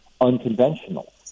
unconventional